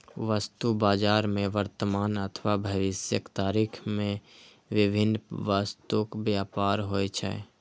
वस्तु बाजार मे वर्तमान अथवा भविष्यक तारीख मे विभिन्न वस्तुक व्यापार होइ छै